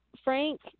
Frank